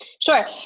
Sure